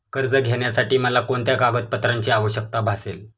कर्ज घेण्यासाठी मला कोणत्या कागदपत्रांची आवश्यकता भासेल?